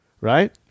Right